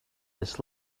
this